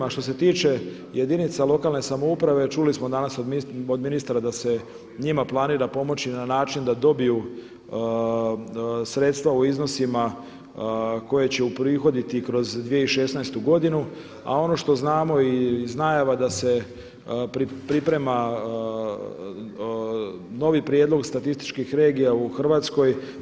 A što se tiče jedinica lokalne samouprave čuli smo danas od ministra da se njima planira pomoći na način da dobiju sredstva u iznosima koje će uprihoditi kroz 2016. godinu, a ono što znamo i iz najava da se priprema novi prijedlog statistički regija u Hrvatskoj.